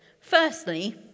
Firstly